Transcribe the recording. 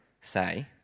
say